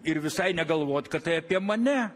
ir visai negalvot kad tai apie mane